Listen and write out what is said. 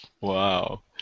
wow